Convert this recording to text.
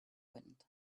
wind